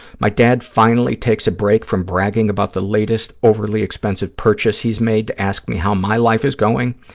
my dad finally takes a break from bragging about the latest overly expensive purchase he's made to ask me how my life is going.